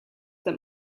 that